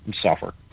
software